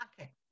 Okay